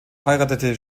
heiratete